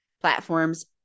platforms